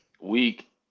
week